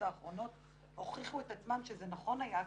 האחרונות הוכיחו את עצמם שזה נכון היה,